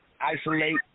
isolate